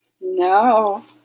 No